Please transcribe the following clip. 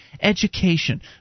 education